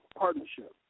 partnership